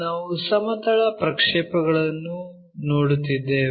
ನಾವು ಸಮತಲಗಳ ಪ್ರಕ್ಷೇಪಣಗಳನ್ನು ನೋಡುತ್ತಿದ್ದೇವೆ